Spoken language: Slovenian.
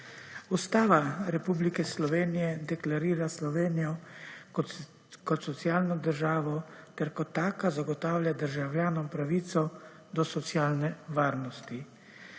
Ustava Republike Slovenije deklarira Slovenijo kot socialno državo, ter kot taka zagotavlja državljanom pravico do socialne varnosti.